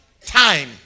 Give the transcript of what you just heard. time